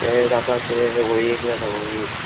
तें जाता तें होळयेक जाता होळयेक